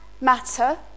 matter